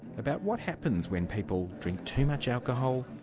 about what happens when people drink too much alcohol,